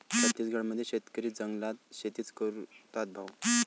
छत्तीसगड मध्ये शेतकरी जंगलात शेतीच करतात भाऊ